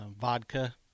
vodka